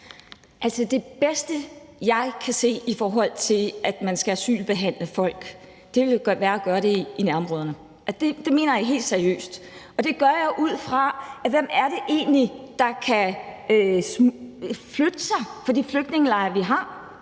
det bedste, jeg kan se, i forhold til at man skal asylbehandle folk, vil være at gøre det i nærområderne. Det mener jeg helt seriøst. Og det gør jeg ud fra spørgsmålet om, hvem det egentlig er, der kan flytte sig fra de flygtningelejre, vi har.